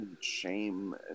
shame